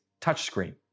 touchscreen